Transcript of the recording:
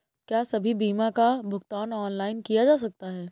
क्या सभी बीमा का भुगतान ऑनलाइन किया जा सकता है?